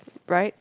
bright